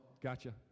gotcha